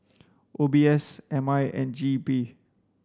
O B S M I and G E P